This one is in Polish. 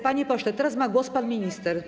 Panie pośle, teraz ma głos pan minister.